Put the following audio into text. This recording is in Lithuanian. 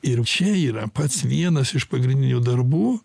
ir včia yra pats vienas iš pagrindinių darbų